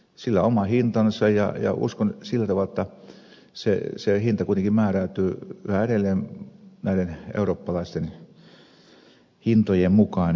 sillä on oma hintansa ja uskon sillä tavalla jotta se hinta kuitenkin määräytyy yhä edelleen näiden eurooppalaisten hintojen mukaan